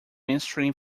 mainstream